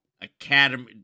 Academy